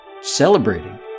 celebrating